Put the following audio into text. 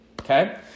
okay